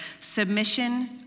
Submission